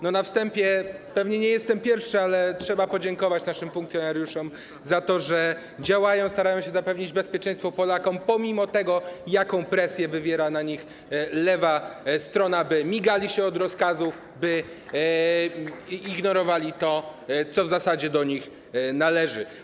Na wstępie - pewnie nie jestem pierwszy - trzeba podziękować naszym funkcjonariuszom za to, że działają, starają się zapewnić bezpieczeństwo Polakom, pomimo presji, jaką wywiera na nich lewa strona, by migali się od rozkazów, by ignorowali to, co w zasadzie do nich należy.